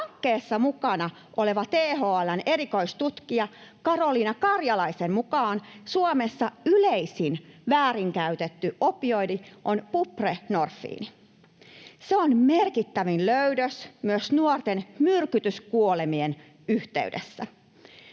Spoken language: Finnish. Hankkeessa mukana olevan THL:n erikoistutkijan Karoliina Karjalaisen mukaan Suomessa yleisin väärinkäytetty opioidi on buprenorfiini. Se on merkittävin löydös myös nuorten myrkytyskuolemien yhteydessä.